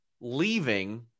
leaving